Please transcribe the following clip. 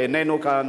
שאיננו כאן,